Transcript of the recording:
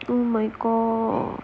oh my god